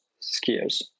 skiers